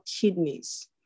kidneys